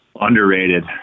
Underrated